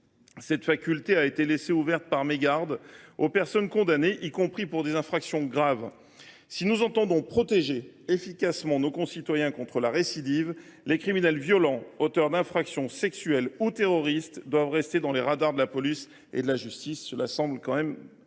Cette faculté a été, par mégarde, laissée ouverte aux personnes condamnées, y compris pour des infractions graves. Si nous entendons protéger efficacement nos concitoyens contre la récidive, les criminels violents, auteurs d’infractions sexuelles ou d’actes terroristes, doivent rester dans les radars de la police et de la justice. C’est d’une logique